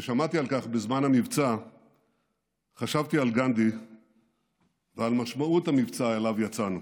כששמעתי על כך בזמן המבצע חשבתי על גנדי ועל משמעות המבצע שאליו יצאנו.